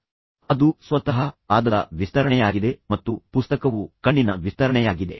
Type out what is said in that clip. ಅವರು ಹೇಳುತ್ತಾರೆ ಅದು ಸ್ವತಃ ಪಾದದ ವಿಸ್ತರಣೆಯಾಗಿದೆ ಮತ್ತು ಪುಸ್ತಕವು ಕಣ್ಣಿನ ವಿಸ್ತರಣೆಯಾಗಿದೆ